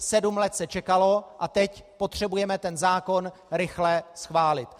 Sedm let se čekalo a teď potřebujeme ten zákon rychle schválit.